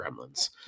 Gremlins